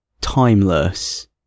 timeless